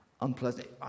unpleasant